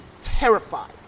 terrified